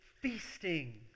feasting